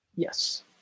Yes